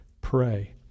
Pray